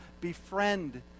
befriend